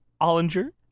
Ollinger